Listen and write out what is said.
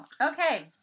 Okay